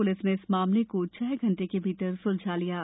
police ने इस मामले को छह घंटे के भीतर सुलझा लिया है